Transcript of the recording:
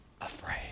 afraid